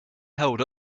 held